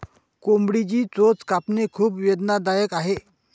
कोंबडीची चोच कापणे खूप वेदनादायक आहे